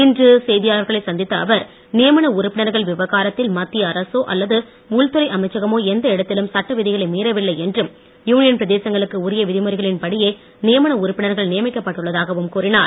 இன்று செய்தியாளர்களை சந்தித்த அவர் நியமன உறுப்பினர்கள் விவகாரத்தில் மத்திய அரசோ அல்லது உள்துறை அமைச்சகமோ எந்த இடத்திலும் சட்ட விதிகளை மீறவில்லை என்றும் யூனியன் பிரதேசங்களுக்கு உரிய விதிமுறைகளின்படியே நியமன உறுப்பினர்கள் நியமிக்கப்பட்டுள்ளதாகவும் கூறினார்